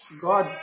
God